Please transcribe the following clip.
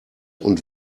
und